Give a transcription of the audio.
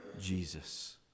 Jesus